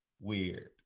weird